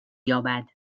یابد